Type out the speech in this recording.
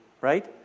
Right